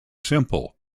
simple